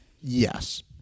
Yes